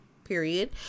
period